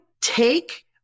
take